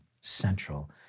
central